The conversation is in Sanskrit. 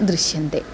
दृश्यन्ते